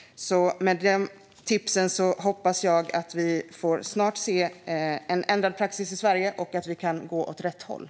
Med de tipsen hoppas jag att vi snart får se en ändrad praxis i Sverige och att vi går åt rätt håll.